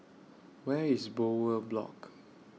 Where IS Bowyer Block